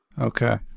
Okay